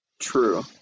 True